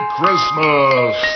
Christmas